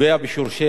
המינימלית